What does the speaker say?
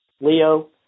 Leo